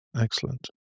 excellent